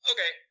Okay